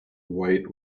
white